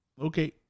Okay